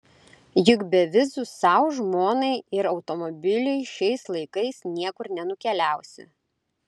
juk be vizų sau žmonai ir automobiliui šiais laikais niekur nenukeliausi